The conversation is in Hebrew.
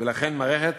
ולכן מערכת